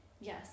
Yes